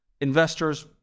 investors